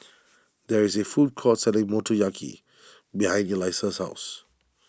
there is a food court selling Motoyaki behind Elisa's house